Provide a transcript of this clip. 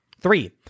Three